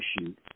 shoot